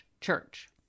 church